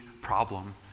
problem